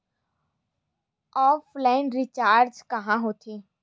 Offline recharge कहां होथे?